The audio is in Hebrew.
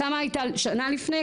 כמה היה שנה לפני,